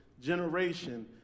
generation